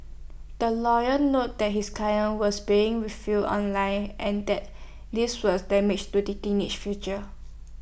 the lawyer noted that his client was being vilified online and that this was damaged to the teenage future